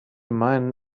meinen